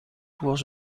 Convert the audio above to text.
was